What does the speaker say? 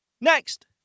next